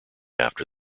after